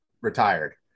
retired